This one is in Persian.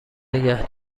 نگه